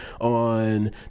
on